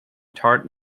taught